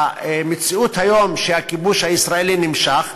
המציאות היום היא שהכיבוש הישראלי נמשך.